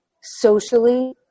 socially